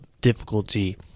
difficulty